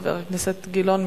חבר הכנסת גילאון,